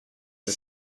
the